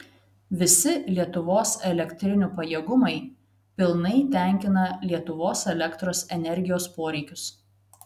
visi lietuvos elektrinių pajėgumai pilnai tenkina lietuvos elektros energijos poreikius